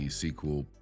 sequel